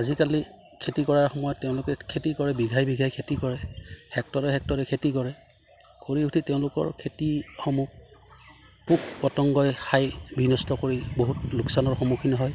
আজিকালি খেতি কৰাৰ সময়ত তেওঁলোকে খেতি কৰে বিঘাই বিঘাই খেতি কৰে হেক্টৰে হেক্টৰে খেতি কৰে কৰি উঠি তেওঁলোকৰ খেতিসমূহ পোক পতংগই খাই বিনষ্ট কৰি বহুত লোকচানৰ সন্মুখীন হয়